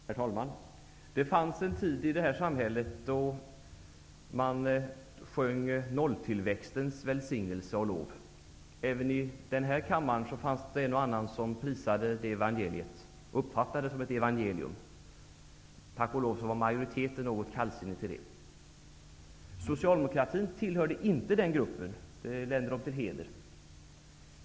Herr talman! Det fanns en tid i det här samhället då man sjöng nolltillväxtens välsignelse och lov. Även i den här kammaren fanns det en och annan som prisade det evangeliet -- uppfattade det som ett evangelium. Tack och lov var majoriteten något kallsinnig till detta. Socialdemokraterna tillhörde inte den gruppen -- det länder dem till heder.